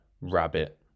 rabbit